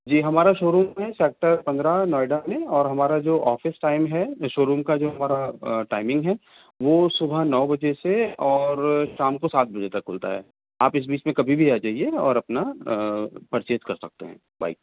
جی ہمارا showroom ہے sector پندرہ نوئیڈا میں اور ہمارا جو آفس ٹائم ہے شو روم کا جو ہمارا ٹائمنگ ہے وہ صبح نو بجے سے اور شام کو سات بجے تک کھلتا ہے آپ اس بیچ میں کبھی بھی آ جائیے اور اپنا پرچیز کر سکتے ہیں بائک